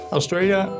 Australia